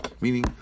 meaning